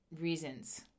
Reasons